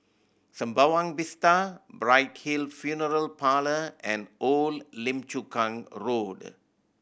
Sembawang Vista Bright Hill Funeral Parlour and Old Lim Chu Kang Road